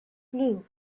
blue